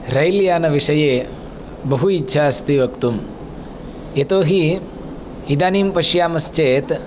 rail यानविषये बहु इच्छा अस्ति वक्तुं यतोहि इदानीं पश्यामश्चेत्